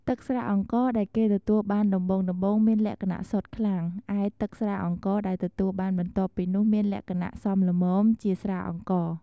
ទឹកស្រាអង្ករដែលគេទទួលបានដំបូងៗមានលក្ខណៈសុទ្ធខ្លាំង ឯទឹកស្រាអង្ករដែលទទួលបានបន្ទាប់ពីនេះមានលក្ខណៈសមល្មមជាស្រាអង្ករ។